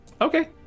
Okay